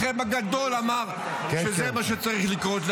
חלקכם הגדול אמר שזה מה שצריך לקרות.